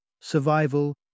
survival